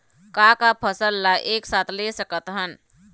का का फसल ला एक साथ ले सकत हन?